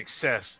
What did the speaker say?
success